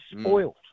spoiled